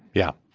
yeah,